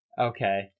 Okay